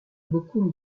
beaucoup